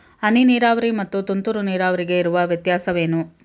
ಹನಿ ನೀರಾವರಿ ಮತ್ತು ತುಂತುರು ನೀರಾವರಿಗೆ ಇರುವ ವ್ಯತ್ಯಾಸವೇನು?